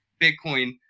Bitcoin